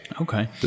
Okay